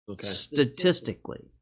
Statistically